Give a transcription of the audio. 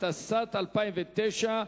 התשס"ט 2009,